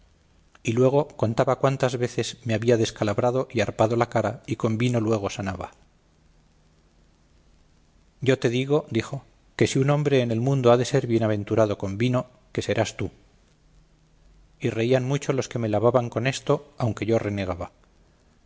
y luego contaba cuántas veces me había descalabrado y harpado la cara y con vino luego sanaba yo te digo dijo que si un hombre en el mundo ha de ser bienaventurado con vino que serás tú y reían mucho los que me lavaban con esto aunque yo renegaba